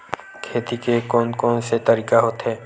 खेती के कोन कोन से तरीका होथे?